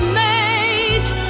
mate